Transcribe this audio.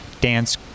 dance